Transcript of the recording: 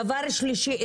דבר שלישי,